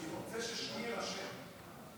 בסדר-היום של הכנסת